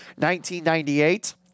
1998